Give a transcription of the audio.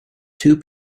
two